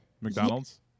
McDonald's